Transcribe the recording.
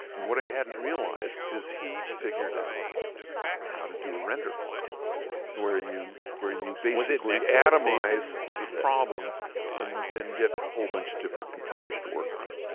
and what i hadn't realized is he'd figured out how to do a render farm where you where you basically atomize the problem and and get a whole bunch of different computers to work on it.